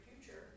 future